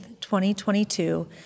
2022